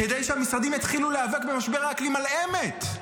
כדי שהמשרדים יתחילו להיאבק במשבר האקלים על אמת.